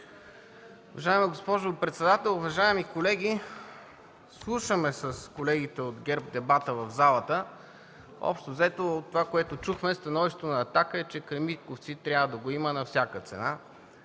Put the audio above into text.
Уважаема госпожо председател, уважаеми колеги! Слушаме с колегите от ГЕРБ дебата в залата. Общо взето от това, което чухме, становището на „Атака”, е, че „Кремиковци” трябва да го има на всяка цена.